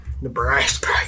Nebraska